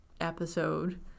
episode